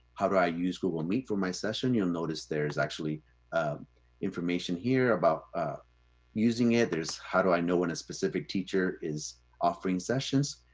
how do i use google meet for my session, you'll notice there's actually information here about using it, there's how do i know when a specific teacher is offering sessions?